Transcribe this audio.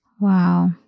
Wow